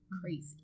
crazy